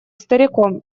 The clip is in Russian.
стариком